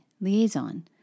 liaison